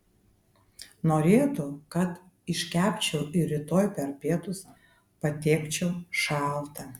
norėtų kad iškepčiau ir rytoj per pietus patiekčiau šaltą